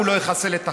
הוא לא יחסל את החמאס.